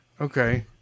okay